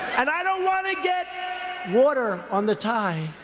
and i don't want to get water on the tie,